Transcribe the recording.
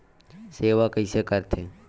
सेवा कइसे करथे?